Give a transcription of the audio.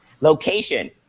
location